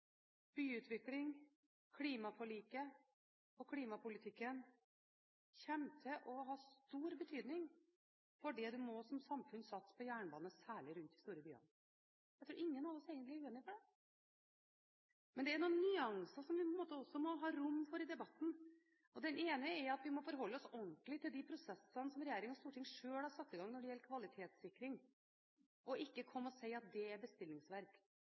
byutviklingen, klimaforliket og klimapolitikken kommer til å ha stor betydning for det en som samfunn må satse på jernbane, særlig rundt de store byene. Jeg tror ingen av oss egentlig er uenig i det, men det er noen nyanser vi også må ha rom for i debatten. Den ene er at vi må forholde oss ordentlig til de prosessene som regjering og storting sjøl har satt i gang når det gjelder kvalitetssikring, og ikke komme å si at det er bestillingsverk.